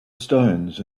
stones